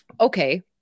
okay